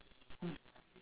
is it